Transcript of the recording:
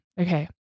okay